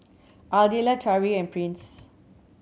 Ardelle Tari and Prince